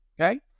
Okay